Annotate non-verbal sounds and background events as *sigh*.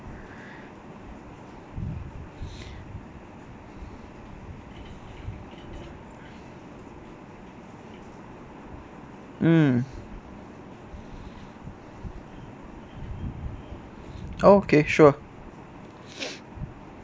*breath* mm ah okay sure *breath*